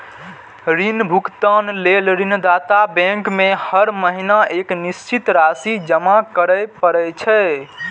ऋण भुगतान लेल ऋणदाता बैंक में हर महीना एक निश्चित राशि जमा करय पड़ै छै